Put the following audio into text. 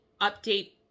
update